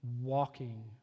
walking